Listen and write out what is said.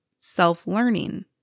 self-learning